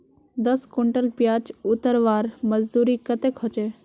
दस कुंटल प्याज उतरवार मजदूरी कतेक होचए?